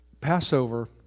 Passover